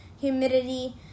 humidity